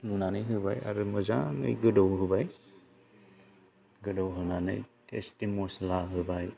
लुनानै होबाय आरो मोजाङै गोदौ होबाय गोदौ होनानै टेस्टि मस्ला होबाय